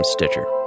Stitcher